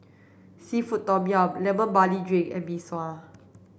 seafood tom yum lemon barley drink and Mee Sua